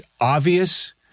obvious